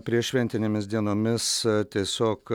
prieššventinėmis dienomis tiesiog